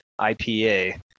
IPA